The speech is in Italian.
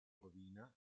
rovina